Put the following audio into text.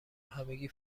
همگی